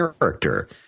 character